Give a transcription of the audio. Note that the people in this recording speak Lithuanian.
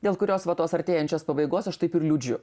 dėl kurios va tos artėjančios pabaigos aš taip ir liūdžiu